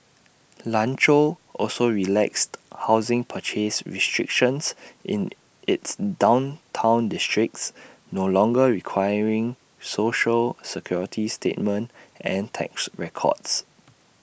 Lanzhou also relaxed housing purchase restrictions in its downtown districts no longer requiring Social Security statement and tax records